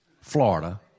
Florida